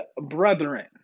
Brethren